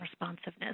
responsiveness